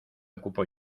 ocupo